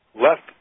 left